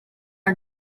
are